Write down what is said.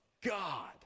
God